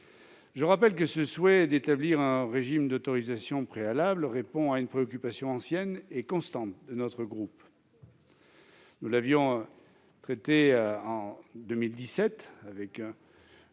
Je rappelle que ce souhait d'établir un régime d'autorisation préalable répond à une préoccupation ancienne et constante de notre groupe. Nous avions essayé de l'instaurer en